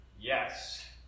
Yes